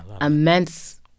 immense